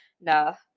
no